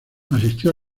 asistió